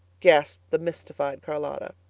gasped the mystified charlotta.